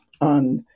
on